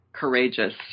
Courageous